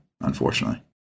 unfortunately